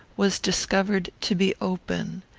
was discovered to be open,